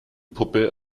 puppe